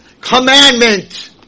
commandment